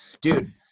dude